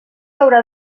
haurà